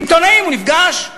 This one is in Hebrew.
עם עיתונאים הוא נפגש,